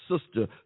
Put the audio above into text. sister